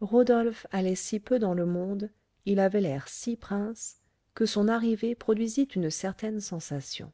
rodolphe allait si peu dans le monde il avait l'air si prince que son arrivée produisit une certaine sensation